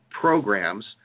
programs